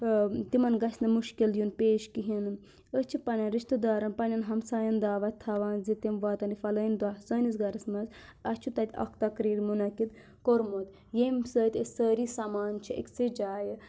تِمَن گژھِ نہٕ مُشکِل یُن پیش کِہیٖنۍ نہٕ أسۍ چھِ پنٛنٮ۪ن رِشتہٕ دارَن پنٛنٮ۪ن ہَمسایَن دعوَت تھاوان زِ تِم واتَن فَلٲنۍ دۄہ سٲنِس گَرَس منٛز اَسہِ چھُ تَتہِ اَکھ تقریٖر منعقِد کوٚرمُت ییٚمۍ سۭتۍ أسۍ سٲری سَمان چھِ أکۍ سٕے جایہِ